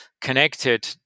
connected